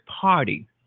party